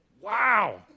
Wow